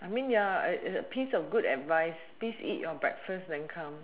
I mean ya a piece of good advice please eat your breakfast then come